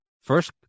first